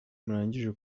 murangije